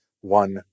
one